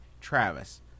Travis